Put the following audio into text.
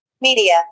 Media